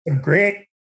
great